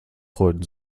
freuten